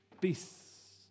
Peace